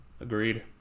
Agreed